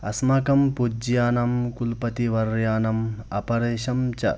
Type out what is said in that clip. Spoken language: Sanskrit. अस्माकं पूज्यानं कुलपतिवर्याणाम् अपरेशं च